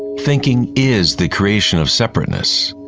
thinking is the creation of separateness.